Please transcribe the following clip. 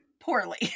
Poorly